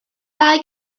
dau